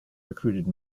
recruited